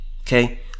Okay